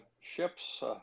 ships